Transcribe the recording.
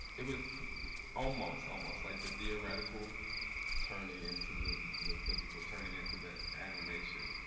it was almost, almost like the theoretical turning into the the physical, turning into the animation,